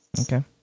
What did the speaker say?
Okay